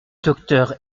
docteur